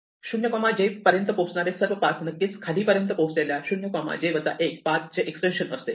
0 j पर्यंत पोहोचणारे सर्व पाथ नक्कीच खालीपर्यंत पोहोचलेल्या 0 j 1 पाथ चे एक्सटेन्शन असते